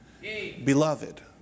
Beloved